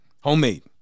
Homemade